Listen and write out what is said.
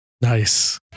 Nice